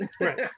right